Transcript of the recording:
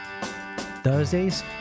Thursdays